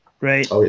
right